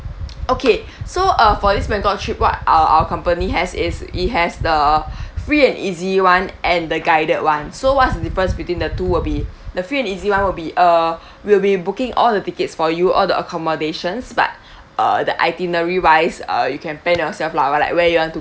okay so uh for this bangkok trip what uh our company has is it has the free and easy one and the guided one so what's the difference between the two will be the free and easy one will be uh we'll be booking all the tickets for you all the accommodations but uh the itinerary-wise uh you can plan yourself lah like where you want to